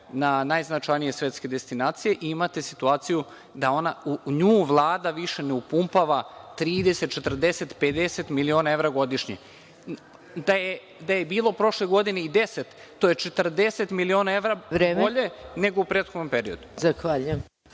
na najznačajnije svetske destinacije i imate situaciju da u nju Vlada više ne upumpava 30, 40, 50 evra godišnje. Da je bilo u prošloj godini i 10, to je 40 miliona evra, bolje nego u prethodnom periodu. **Maja